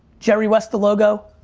jerry west, the logo,